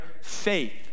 faith